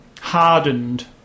hardened